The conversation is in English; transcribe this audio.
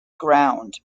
ground